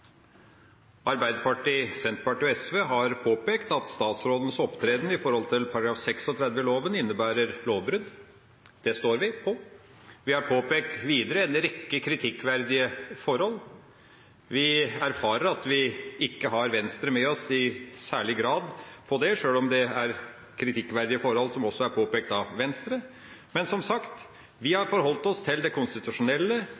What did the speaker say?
Arbeiderpartiet, Senterpartiet og SV har påpekt at statsrådens opptreden i forhold til § 36 i loven innebærer lovbrudd. Det står vi på. Vi har påpekt videre en rekke kritikkverdige forhold. Vi erfarer at vi ikke har Venstre med oss i særlig grad på det, sjøl om det er kritikkverdige forhold som også er påpekt av Venstre, men, som sagt, vi har forholdt oss til det konstitusjonelle